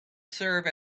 serve